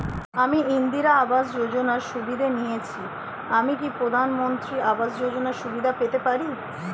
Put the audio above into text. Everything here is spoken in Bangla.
আমি ইন্দিরা আবাস যোজনার সুবিধা নেয়েছি আমি কি প্রধানমন্ত্রী আবাস যোজনা সুবিধা পেতে পারি?